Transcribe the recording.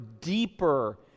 deeper